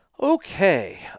Okay